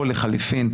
או לחליפין,